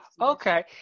Okay